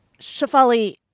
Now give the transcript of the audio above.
Shafali